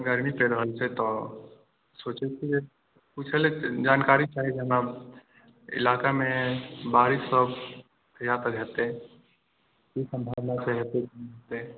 गरमी चलि रहल छै तऽ सोचैत छी पूछे ले जानकारी चाही जेना इलाकामे बारिश सब कहिया तक होयतै की संभावना छै होयतै कि नहि होयतै